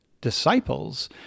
disciples